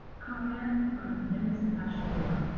comment from dennis ashendorf.